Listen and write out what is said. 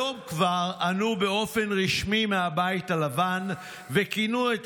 היום כבר ענו באופן רשמי מהבית הלבן וכינו את